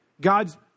God's